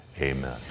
Amen